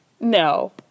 no